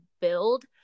build